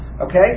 Okay